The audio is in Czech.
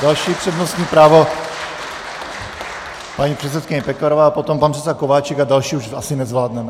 Další přednostní právo, paní poslankyně Pekarová, potom pan předseda Kováčik a další už asi nezvládneme.